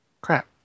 Crap